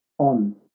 On